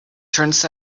turns